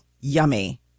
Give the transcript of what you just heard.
yummy